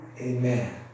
Amen